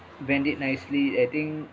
brand it nicely I think